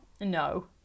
No